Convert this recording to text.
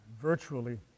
virtually